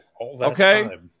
okay